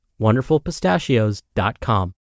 wonderfulpistachios.com